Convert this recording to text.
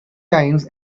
times